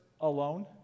alone